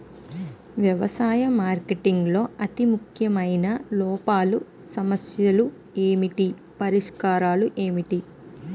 వ్యవసాయ మార్కెటింగ్ లో అతి ముఖ్యమైన లోపాలు సమస్యలు ఏమిటి పరిష్కారాలు ఏంటి?